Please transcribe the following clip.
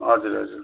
हजुर हजुर